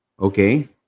Okay